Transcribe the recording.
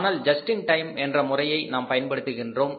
ஆனால் just in time என்ற முறையையும் நாம் பயன்படுத்துகின்றோம்